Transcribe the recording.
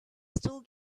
still